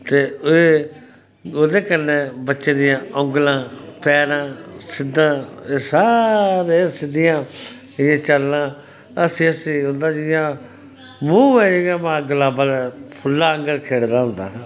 ते एह् ओह्दै कन्नै बच्चें दियां औंगला पैरां सारे सिध्दियां एह् चलना हसी हसी होंदा जियां मूंह् जियां गुलाबा दे फुल्ला आंगर खिलदा होंदा हा